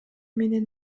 менен